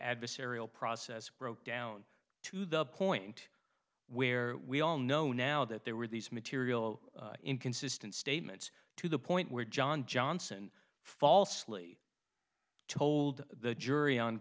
adversarial process broke down to the point where we all know now that there were these material inconsistent statements to the point where john johnson falsely told the jury on